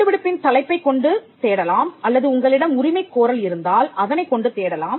கண்டுபிடிப்பின் தலைப்பைக் கொண்டு தேடலாம் அல்லது உங்களிடம் உரிமைக் கோரல் இருந்தால் அதனைக் கொண்டு தேடலாம்